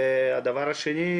הדבר השני,